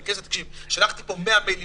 כנסת יבוא ויגיד לי: שלחתי 100 מיילים,